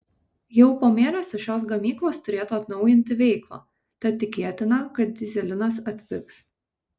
jau po mėnesio šios gamyklos turėtų atnaujinti veiklą tad tikėtina kad dyzelinas atpigs